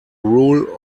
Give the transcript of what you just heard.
rule